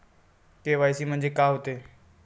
KYC म्हंनजे का होते?